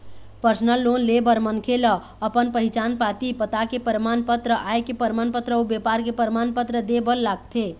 personal loan ले बर मनखे ल अपन पहिचान पाती, पता के परमान पत्र, आय के परमान पत्र अउ बेपार के परमान पत्र दे बर लागथे